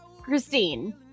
Christine